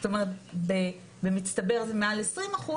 זאת אומרת במצטבר זה מעל 20%,